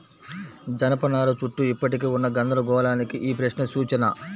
జనపనార చుట్టూ ఇప్పటికీ ఉన్న గందరగోళానికి ఈ ప్రశ్న సూచన